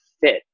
fit